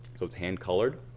so it's hand colored.